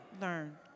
Learn